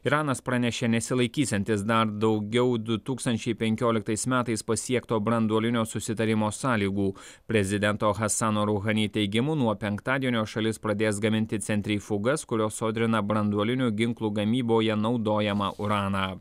iranas pranešė nesilaikysiantis dar daugiau du tūkstančiai penkioliktais metais pasiekto branduolinio susitarimo sąlygų prezidento hasano ruhani teigimu nuo penktadienio šalis pradės gaminti centrifugas kurios sodrina branduolinių ginklų gamyboje naudojamą uraną